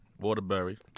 Waterbury